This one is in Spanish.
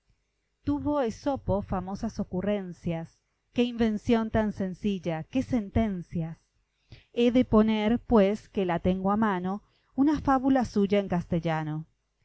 tuvo esopo famosas ocurrencias qué invención tan sencilla qué sentencias he de poner pues que la tengo a mano una fábula suya en castellano